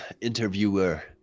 interviewer